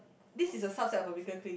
this is a subset of a bigger clique